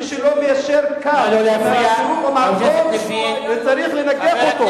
מי שלא מיישר קו וצריך, נא לא להפריע.